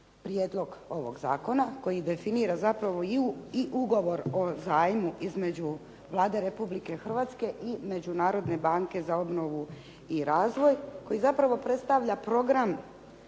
prijedlog ovog zakona, koji definira zapravo i ugovor o zajmu između Vlade Republike Hrvatske i Međunarodne banke za obnovu i razvoj, koji zapravo predstavlja program